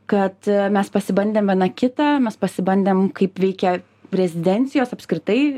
kad mes pasibandėm viena kitą mes pasibandėm kaip veikia rezidencijos apskritai